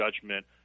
judgment